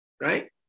right